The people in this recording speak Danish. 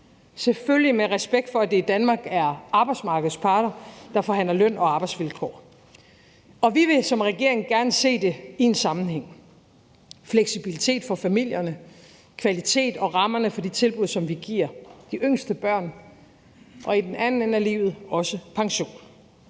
selvfølgelig ske med respekt for, at det i Danmark er arbejdsmarkedets parter, der forhandler løn- og arbejdsvilkår. Vi vil som regering gerne se det i en sammenhæng, hvor der bliver kigget på fleksibilitet for familierne, kvalitet og rammerne for de tilbud, som vi giver de yngste børn, og hvor der, når det gælder